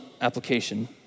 application